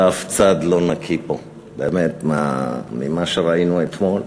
שאף צד לא נקי פה באמת ממה שראינו אתמול.